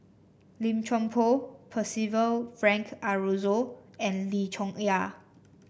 Lim Chuan Poh Percival Frank Aroozoo and Lim Chong Yah